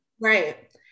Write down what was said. right